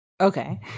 Okay